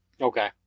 Okay